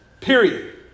Period